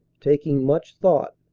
taking much thought,